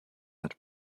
hat